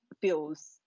feels